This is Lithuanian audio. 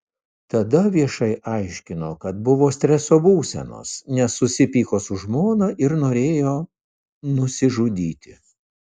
tada viešai aiškino kad buvo streso būsenos nes susipyko su žmona ir norėjo nusižudyti